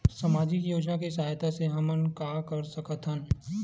सामजिक योजना के सहायता से हमन का का कर सकत हन?